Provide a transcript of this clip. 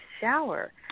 shower